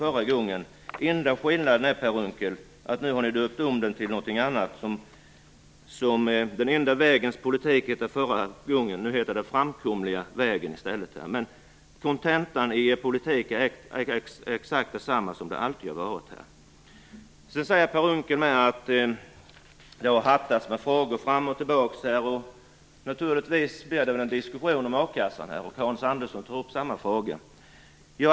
Den enda skillnaden, Per Unckel, är att ni nu har döpt om den till något annat. Den enda vägens politik hette det förra gången, nu heter det den framkomliga vägen i stället. Men kontentan i er politik är exakt densamma som den alltid har varit. Sedan säger Per Unckel att det har hattats med frågor fram och tillbaka. Naturligtvis blir det en diskussion om a-kassan. Hans Andersson tog upp samma fråga.